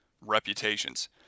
reputations